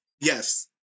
Yes